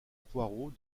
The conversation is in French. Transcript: poirot